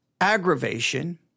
aggravation